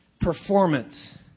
performance